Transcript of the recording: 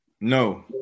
no